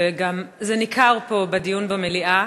וזה גם ניכר פה בדיון במליאה.